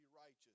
righteous